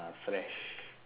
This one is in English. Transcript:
ah fresh